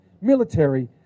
military